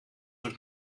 zich